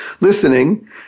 listening